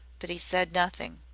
but he said nothing.